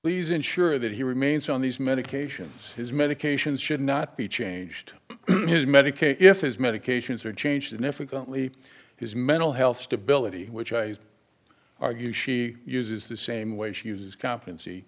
please ensure that he remains on these medications his medications should not be changed his medicaid if his medications are changed difficultly his mental health stability which i argue she uses the same way she uses competency